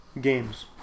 games